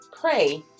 pray